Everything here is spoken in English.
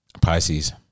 Pisces